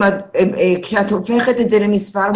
כשאת הופכת את זה למספר מוחלט.